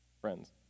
Friends